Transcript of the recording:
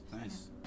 Nice